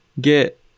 get